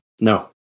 No